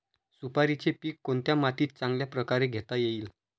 सुपारीचे पीक कोणत्या मातीत चांगल्या प्रकारे घेता येईल?